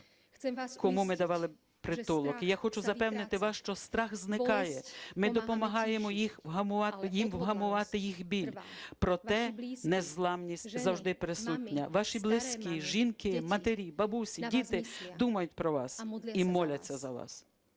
кому ми давали притулок. І я хочу запевнити вас, що страх зникає, ми допомагаємо їм вгамувати їх біль, проте незламність завжди присутня. Ваші близькі, жінки, матері, бабусі, діти думають про вас і моляться за вас.